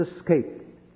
escape